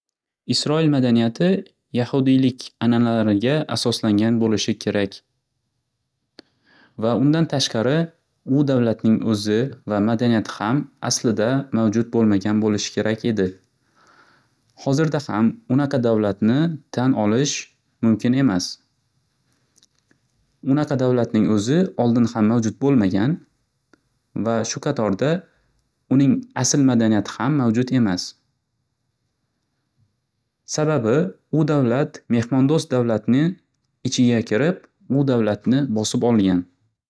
Isroil madaniyati yahudiylik ananalariga asoslangan bo'lishi kerak va undan tashqari u davlatning o'zi va madaniyati ham aslida mavjud bo'lmagan bo'lishi kerak edi! Hozirda ham unaqa davlatni tan olish mumkin emas! Unaqa davlatning o'zi oldin ham mavjud bo'lmagan va shu qatorda uning asl madaniyati ham mavjud emas! Sababi u davlat mehmondo'st davlatni ichiga kirib, u davlatni bosib olgan.